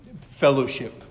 fellowship